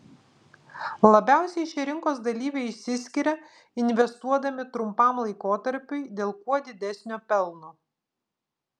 labiausiai šie rinkos dalyviai išsiskiria investuodami trumpam laikotarpiui dėl kuo didesnio pelno